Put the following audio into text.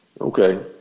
Okay